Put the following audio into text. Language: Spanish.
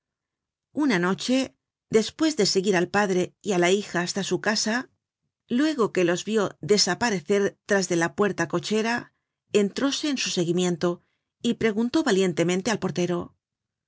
una noche despues de seguir al padre y á la hija hasta su casa content from google book search generated at luego que los vio desaparecer tras de ía puerta-cochera entróse en su seguimiento y preguntó valientemente al portero